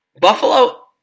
Buffalo